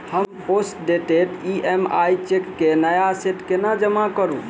हम postdated EMI cheque केँ नया सेट केना जमा करू?